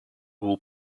will